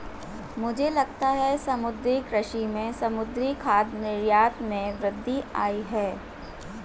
मुझे लगता है समुद्री कृषि से समुद्री खाद्य निर्यात में वृद्धि आयी है